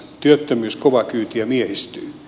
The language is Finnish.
työttömyys kovaa kyytiä miehistyy